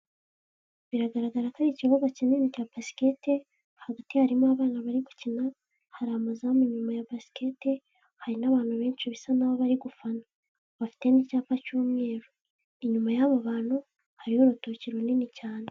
Biragaragara ko ari ikibuga kinini cya basikete, hagati harimo abana bari gukina, hari amazamu inyuma ya basikete, hari n'abantu benshi bisa naho bari gufana, bafite n'icyapa cy'umweru, inyuma y'abo bantu hariho urutoki runini cyane.